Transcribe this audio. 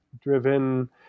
driven